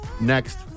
next